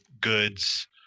goods